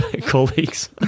colleagues